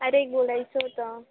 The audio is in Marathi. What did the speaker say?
अरे एक बोलायचं होतं